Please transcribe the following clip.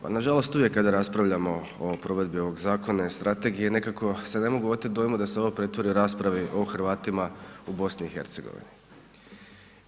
Pa nažalost uvijek kada raspravljamo o provedbi ovog zakona i strategiji, nekako se ne mogu oteti dojmu da se ovo pretvori o raspravi o Hrvatima u BiH-u.